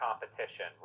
competition